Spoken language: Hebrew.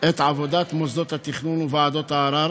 ועוברת לוועדת העבודה,